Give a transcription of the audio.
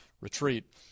retreat